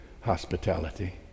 hospitality